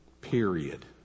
Period